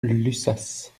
lussas